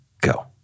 go